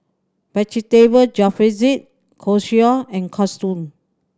Vegetable Jalfrezi Chorizo and Katsudon